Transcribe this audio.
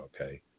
okay